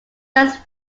first